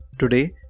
Today